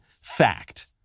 Fact